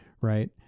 Right